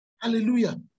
Hallelujah